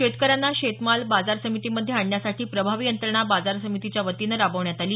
शेतकऱ्यांना शेत माल बाजार समितीमध्ये आणण्यासाठी प्रभावी यंत्रणा बाजार समितीच्या वतीनं राबवण्यात आली